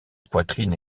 poitrine